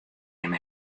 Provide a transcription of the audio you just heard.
jim